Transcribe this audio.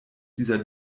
dieser